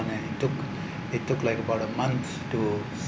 and then it took it took like about a month to